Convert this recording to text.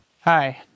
Hi